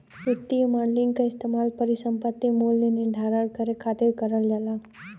वित्तीय मॉडलिंग क इस्तेमाल परिसंपत्ति मूल्य निर्धारण करे खातिर करल जाला